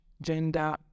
gender